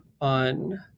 on